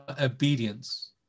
obedience